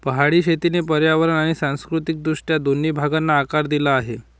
पहाडी शेतीने पर्यावरण आणि सांस्कृतिक दृष्ट्या दोन्ही भागांना आकार दिला आहे